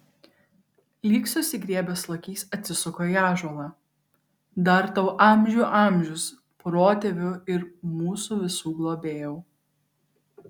lyg susigriebęs lokys atsisuko į ąžuolą dar tau amžių amžius protėvių ir mūsų visų globėjau